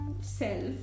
self